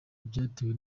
byatewe